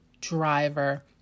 driver